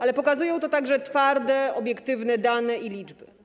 Ale pokazują to także twarde, obiektywne dane i liczby.